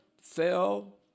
fell